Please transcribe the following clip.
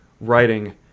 writing